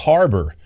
Harbor